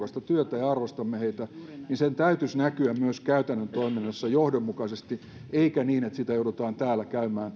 arvostamme heitä niin sen täytyisi näkyä myös käytännön toiminnassa johdonmukaisesti eikä niin että siitä joudutaan täällä käymään